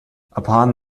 upon